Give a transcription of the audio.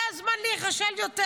זה הזמן להיכשל יותר.